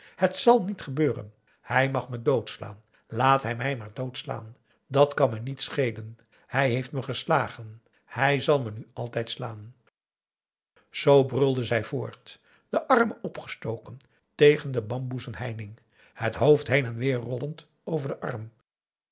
het zal niet gebeuren hij mag me dood slaan laat hij mij maar dood slaan dat kan me niet schelen hij heeft me geslagen hij zal me nu altijd slaan zoo brulde zij voort den arm opgestoken tegen de bamboezen heining het hoofd heen en weer rollend over den arm